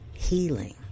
healing